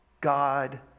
God